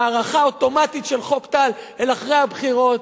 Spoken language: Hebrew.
הארכה אוטומטית של חוק טל אל אחרי הבחירות,